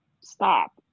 stop